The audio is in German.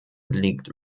liegt